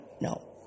No